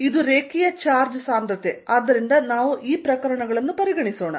ಇದು ರೇಖೀಯ ಚಾರ್ಜ್ ಸಾಂದ್ರತೆ ಆದ್ದರಿಂದ ನಾವು ಈ ಪ್ರಕರಣಗಳನ್ನು ಪರಿಗಣಿಸೋಣ